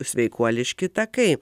sveikuoliški takai